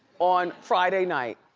on friday night.